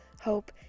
hope